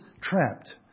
trapped